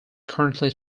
currently